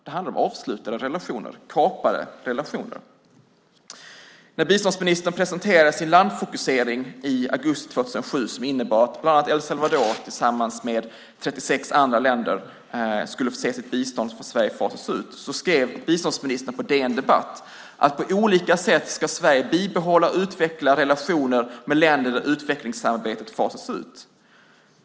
Det handlar om avslutade relationer - kapade relationer. När biståndsministern presenterade sin landfokusering i augusti 2007, som innebar att bland andra El Salvador tillsammans med 36 andra länder skulle få se sitt bistånd från Sverige fasas ut skrev biståndsministern följande på DN Debatt: På olika sätt ska Sverige bibehålla och utveckla relationer med länder där utvecklingssamarbetet fasas ut.